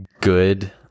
good